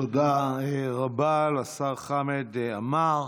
תודה רבה לשר חמד עמאר.